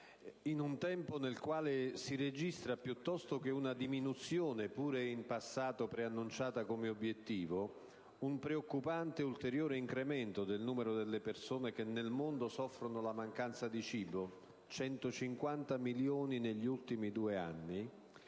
in un tempo nel quale si registra, piuttosto che una diminuzione, pure in passato preannunciata come obiettivo, un preoccupante ulteriore incremento del numero delle persone che nel mondo soffrono la mancanza di cibo (150 milioni negli ultimi due anni),